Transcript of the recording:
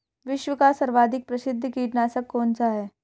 विश्व का सर्वाधिक प्रसिद्ध कीटनाशक कौन सा है?